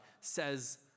says